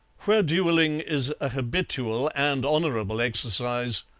where duelling is a habitual and honourable exercise,